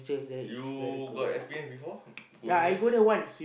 you got experience before going there